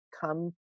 come